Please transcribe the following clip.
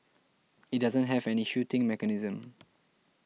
it doesn't have any shooting mechanism